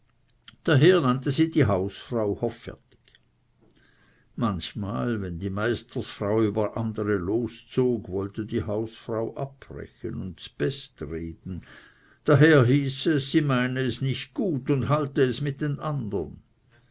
daher nannte sie die hausfrau hoffärtig manchmal wenn die meisterfrau über andere loszog wollte die hausfrau abbrechen und z'best rede daher hieß es sie meinte es nicht gut und halte es mit andern